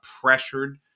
pressured